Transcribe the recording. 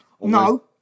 No